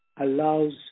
allows